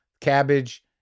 Cabbage